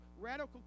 radical